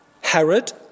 Herod